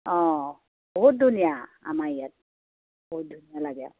অঁ বহুত ধুনীয়া আমাৰ ইয়াত বহুত ধুনীয়া লাগে